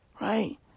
Right